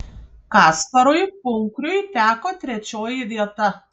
kasparui punkriui teko trečioji vieta